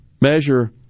measure